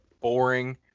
boring